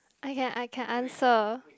I can I can answer